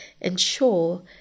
ensure